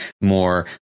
more